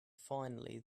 finally